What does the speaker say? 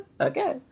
Okay